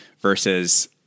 versus